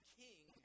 king